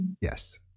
Yes